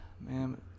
Man